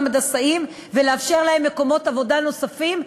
הנדסאים ולאפשר להם מקומות עבודה נוספים.